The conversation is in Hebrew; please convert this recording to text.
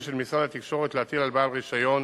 של משרד התקשורת להטיל על בעל רשיון